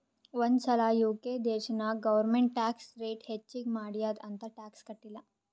ಒಂದ್ ಸಲಾ ಯು.ಕೆ ದೇಶನಾಗ್ ಗೌರ್ಮೆಂಟ್ ಟ್ಯಾಕ್ಸ್ ರೇಟ್ ಹೆಚ್ಚಿಗ್ ಮಾಡ್ಯಾದ್ ಅಂತ್ ಟ್ಯಾಕ್ಸ ಕಟ್ಟಿಲ್ಲ